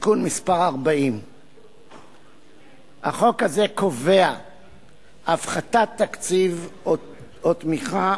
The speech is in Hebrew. (תיקון מס' 40). החוק הזה קובע הפחתת תקציב או תמיכה